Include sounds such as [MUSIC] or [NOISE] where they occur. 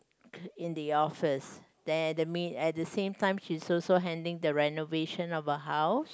in the office there at the [NOISE] at the same time she's also handling the renovation of a house